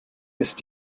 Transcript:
ist